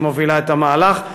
שמובילה את המהלך,